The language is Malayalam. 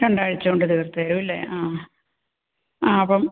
രണ്ടാഴ്ച കൊണ്ട് തീർത്തേരും ഇല്ലേ ആ അപ്പം